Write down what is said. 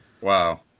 wow